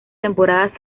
temporadas